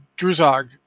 Druzog